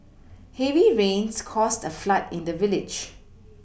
heavy rains caused a flood in the village